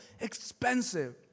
expensive